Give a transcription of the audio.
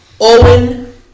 Owen